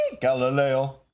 Galileo